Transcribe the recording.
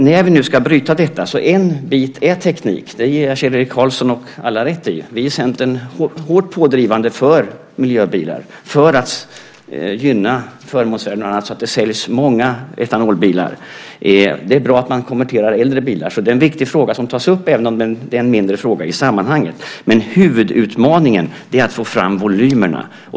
När vi nu ska bryta det är en bit teknik. Det ger jag ger Kjell-Erik Karlsson och alla rätt i. Vi i Centern är hårt pådrivande för miljöbilar, för att gynna förmånsvärden och annat så att det säljs många etanolbilar. Det är bra att man konverterar äldre bilar. Det är en viktig fråga som tas upp, även om det är en mindre fråga i sammanhanget. Huvudutmaningen är att få fram volymerna.